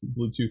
Bluetooth